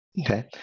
Okay